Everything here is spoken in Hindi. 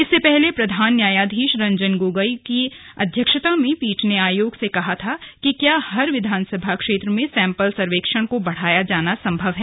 इससे पहले प्रधान न्यायाधीश रंजन गोगोई की अध्यक्षता में पीठ ने आयोग से कहा था कि क्या हर विधानसभा क्षेत्र में सैम्पल सर्वेक्षण को बढ़ाया जाना संभव है